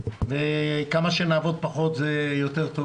כמה שנעבוד פחות זה יותר טוב